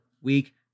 week